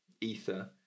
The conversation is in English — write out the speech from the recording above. ether